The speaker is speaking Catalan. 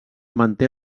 manté